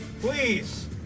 Please